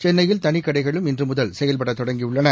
சென்னையில் தனிக் கடைகளும் இன்று முதல் செயல்படத் தொடங்கியுள்ளன